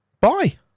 Bye